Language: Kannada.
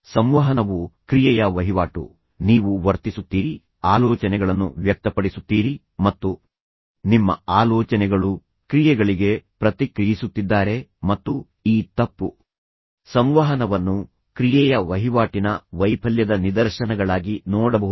ಸಂವಹನವು ಕ್ರಿಯೆಯ ವಹಿವಾಟು ನೀವು ವರ್ತಿಸುತ್ತೀರಿ ಆಲೋಚನೆಗಳನ್ನು ವ್ಯಕ್ತಪಡಿಸುತ್ತೀರಿ ಮತ್ತು ನಿಮ್ಮ ಆಲೋಚನೆಗಳು ಕ್ರಿಯೆಗಳಿಗೆ ಪ್ರತಿಕ್ರಿಯಿಸುತ್ತಿದ್ದಾರೆ ಮತ್ತು ಈ ತಪ್ಪು ಸಂವಹನವನ್ನು ಕ್ರಿಯೆಯ ವಹಿವಾಟಿನ ವೈಫಲ್ಯದ ನಿದರ್ಶನಗಳಾಗಿ ನೋಡಬಹುದು